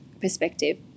perspective